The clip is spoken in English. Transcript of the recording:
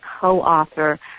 co-author